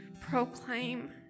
proclaim